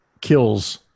kills